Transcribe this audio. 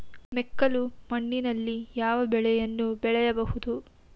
ಮೆಕ್ಕಲು ಮಣ್ಣಿನಲ್ಲಿ ಯಾವ ಬೆಳೆಯನ್ನು ಬೆಳೆಯಬಹುದು?